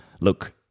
look